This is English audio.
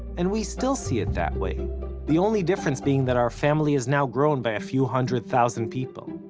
and we still see it that way the only difference being that our family has now grown by a few hundred thousand people.